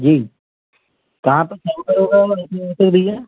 जी कहाँ पे पे भैया